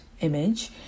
image